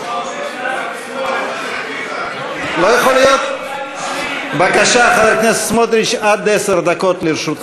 לא יכול להיות שחבר הכנסת סמוטריץ ירגיז את הממשלה.